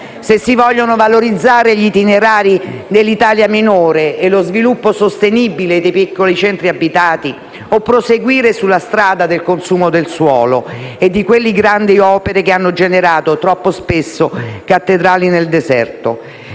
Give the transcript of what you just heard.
Se si vogliono valorizzare gli itinerari nell'Italia minore e lo sviluppo sostenibile dei piccoli centri abitati, o proseguire sulla strada del consumo di suolo e di quelle «grandi opere» che hanno generato, troppo spesso, cattedrali nel deserto.